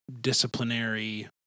disciplinary